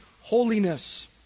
holiness